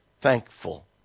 thankful